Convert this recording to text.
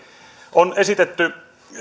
on esitetty